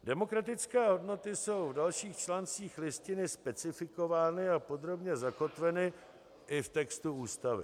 Demokratické hodnoty jsou v dalších článcích Listiny specifikovány a podrobně zakotveny i v textu Ústavy.